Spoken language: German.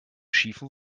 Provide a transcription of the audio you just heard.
schiefen